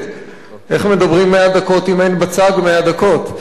איך מדברים 100 דקות אם אין בצג 100 דקות.